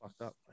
up